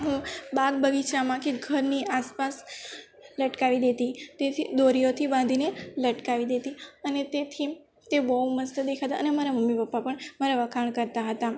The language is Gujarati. હું બાગ બગીચામાં કે ઘરની આસપાસ લટકાવી દેતી તેથી દોરીઓથી બાંધીને લટકાવી દેતી અને તેથી તે બહુ મસ્ત દેખાતા અને મારા મમ્મી પપ્પા પણ મારા વખાણ કરતાં હતાં